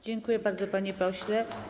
Dziękuję bardzo, panie pośle.